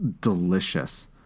delicious